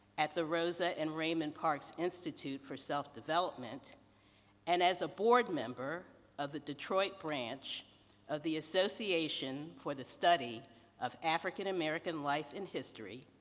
at the rosa and raymond parks institute for self-development and as a board member of the detroit branch of the association for the study of african american life and history,